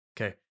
Okay